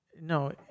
no